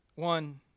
One